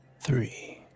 three